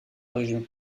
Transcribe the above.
région